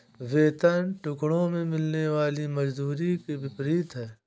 वेतन टुकड़ों में मिलने वाली मजदूरी के विपरीत है